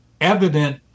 evident